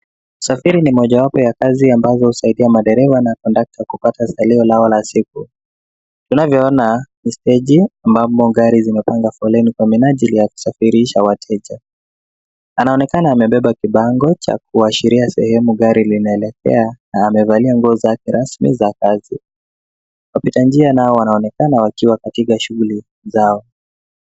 Usafiri ni mojawapo ya kazi ambazo husaidia madereva na conductor kupata staili la wala siku. Tunavyoona ni steji ambapo gari zimepanga foleni kwa minajili ya kusafirisha wateja. Anaonekana amebeba kibango cha kuashiria sehemu gari linaelekea na amevalia nguo zake rasmi za kazi. Wapita njia nao wanaonekana wakiwa katika shughuli zao.